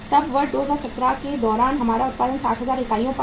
तब वर्ष 2017 के दौरान हमारा उत्पादन 60000 इकाइयों पर था